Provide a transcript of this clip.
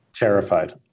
terrified